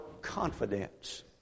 confidence